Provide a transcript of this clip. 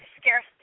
scarce